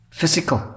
physical